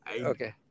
okay